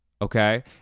Okay